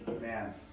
man